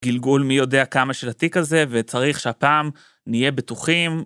גלגול מי יודע כמה של התיק הזה וצריך שהפעם נהיה בטוחים.